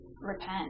repent